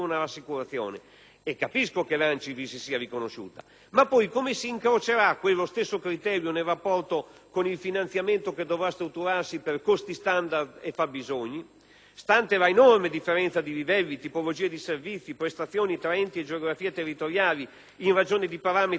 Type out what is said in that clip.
e capisco che l'ANCI vi si sia riconosciuta, ma poi, come si incrocerà quello stesso criterio nel rapporto con il finanziamento che dovrà strutturarsi per costi standard e fabbisogni, stante l'enorme differenza di livelli, tipologie di servizi e prestazioni tra enti e geografie territoriali, in ragione di parametri